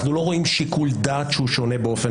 אנחנו לא רואים שיקול דעת שהוא שונה באופן